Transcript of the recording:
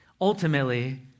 ultimately